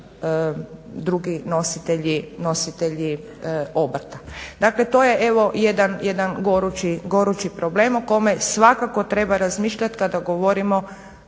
drugi nositelji obrta. Dakle to je jedan gorući problem o kome svakako treba razmišljati kada govorimo